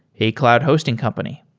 a cloud hosting company.